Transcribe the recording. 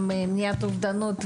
וגם את נושא מניעת אובדנות.